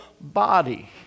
body